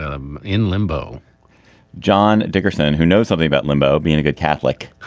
i'm in limbo john dickerson who knows something about limbo being a good catholic?